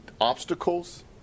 obstacles